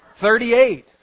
Thirty-eight